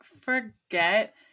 forget